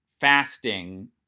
fasting